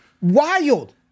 Wild